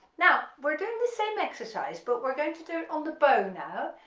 now we're doing the same exercise but we're going to do it on the bow now,